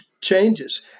changes